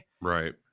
Right